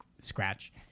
scratch